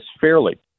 fairly